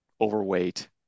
overweight